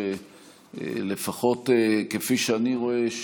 לפחות כפי שאני רואה,